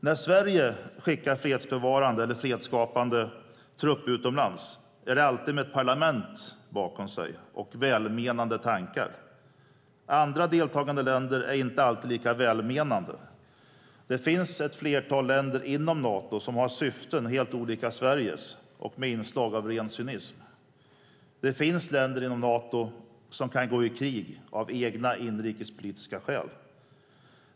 När Sverige skickar fredsbevarande eller fredsskapande trupp utomlands är det alltid med ett parlament bakom sig och välmenande tankar. Andra deltagande länder är inte alltid lika välmenande. Det finns ett flertal länder inom Nato som har syften helt olika Sveriges och med inslag av ren cynism. Det finns länder inom Nato som kan gå i krig av egna inrikespolitiska skäl.